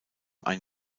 ein